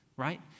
right